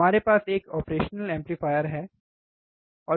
हमारे पास एक ऑपरेशनल एम्पलीफायर है ठीक है